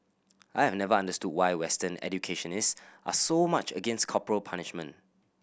I have never understood why Western educationist are so much against corporal punishment